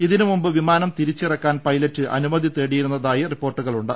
ഇതിന് മുമ്പ് വിമാനം തിരിച്ചിറക്കാൻ പൈലറ്റ് അനുമതി തേടിയിരുന്നതായി റിപ്പോർട്ടുകളുണ്ട്